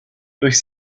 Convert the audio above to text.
durch